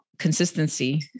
Consistency